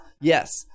Yes